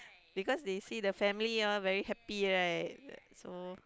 because they see the family all very happy right